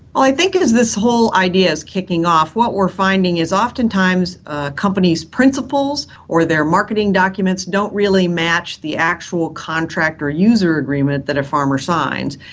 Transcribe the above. i think as this whole idea is kicking off what we're finding is oftentimes companies' principles or their marketing documents don't really match the actual contract or user agreement that a farmer signs.